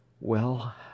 Well